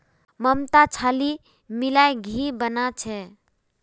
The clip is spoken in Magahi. ममता छाली मिलइ घी बना छ